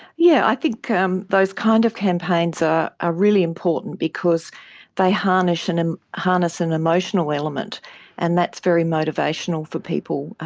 yeah i think um those kind of campaigns are ah really important because they harness and and an and emotional element and that's very motivational for people.